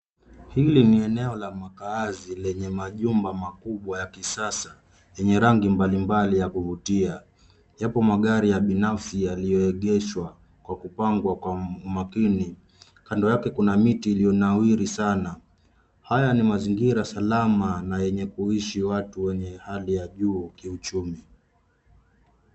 Hili ni eneo la makaazi lenye majumba makubwa ya kisasa yenye rangi mbalimbali ya kuvutia. Yapo magari ya binafsi yaliyoegeshwa kwa kupangwa kwa umakini. Kando yake kuna miti iliyonawiri sana. Haya ni mazingira salama na yenye kuishi watu wenye hali ya juu kiuchumi.